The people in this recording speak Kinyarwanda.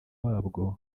wabwo